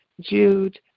Jude